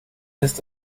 ist